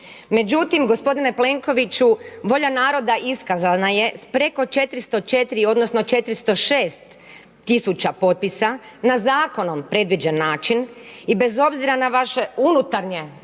Međutim gospodine Plenkoviću, volja naroda iskazana je s preko 404, odnosno 406 000 potpisa, na zakonom predviđen način i bez obzira na vaše unutarnje demone